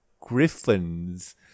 griffins